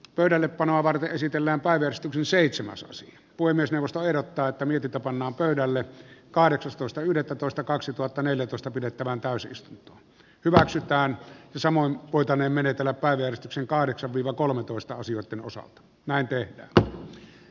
pöydällepanoa varten esitellä paidan seitsemäs puhemiesneuvosto ehdottaa että mietitä pannaan pöydälle kahdeksastoista yhdettätoista kaksituhattaneljätoista pidettävään täysistunto hyväksytään samoin voitaneen menetellä päivystyksen kahdeksan yv kolmetoista ensimmäinen varapuhemies pekka ravi